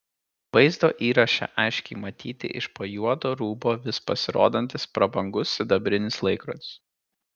vaizdo įraše aiškiai matyti iš po juodo rūbo vis pasirodantis prabangus sidabrinis laikrodis